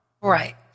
Right